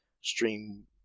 stream